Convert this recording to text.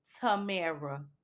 Tamara